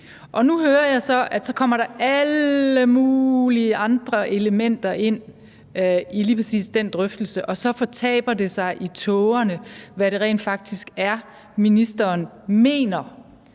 Nu hører jeg så, at der kommer alle mulige andre elementer ind i lige præcis den drøftelse, og at det fortaber sig i tågerne, hvad det rent faktisk er ministeren mener.